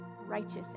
righteous